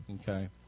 okay